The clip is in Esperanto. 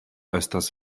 estas